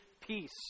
peace